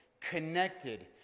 connected